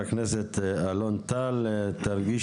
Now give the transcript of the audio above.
אדוני, אני מתייחס